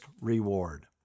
reward